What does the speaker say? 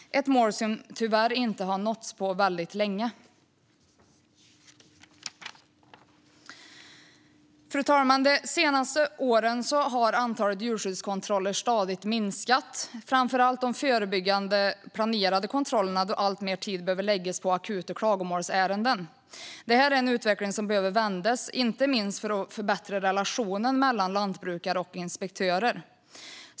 Det är ett mål som tyvärr inte har nåtts på väldigt länge. Fru talman! De senaste åren har antalet djurskyddskontroller stadigt minskat. Det gäller framför allt de förebyggande, planerade kontrollerna, då alltmer tid behöver läggas på akuta klagomålsärenden. Det här är en utveckling som behöver vändas, inte minst för att förbättra relationen mellan lantbrukare och inspektörer.